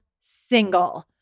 single